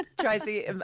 Tracy